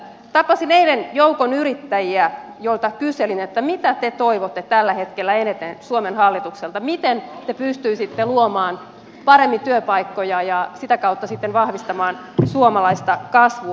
tapasin eilen joukon yrittäjiä joilta kyselin että mitä te toivotte tällä hetkellä eniten suomen hallitukselta miten te pystyisitte luomaan paremmin työpaikkoja ja sitä kautta sitten vahvistamaan suomalaista kasvua